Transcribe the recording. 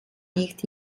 nicht